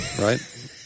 right